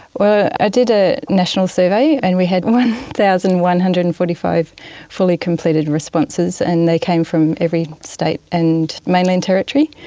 i did a national survey and we had one thousand one hundred and forty five fully completed responses, and they came from every state and mainland territory.